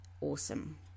awesome